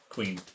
Queen